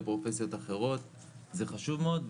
לפרופסיות אחרות זה חשוב מאוד.